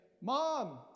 Mom